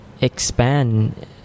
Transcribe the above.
expand